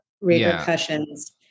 repercussions